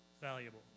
valuable